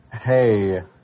hey